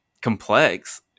complex